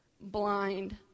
blind